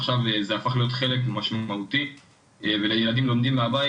עכשיו זה הפך להיות חלק משמעותי וילדים לומדים מהבית,